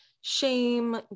shame